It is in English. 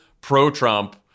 pro-Trump